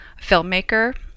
filmmaker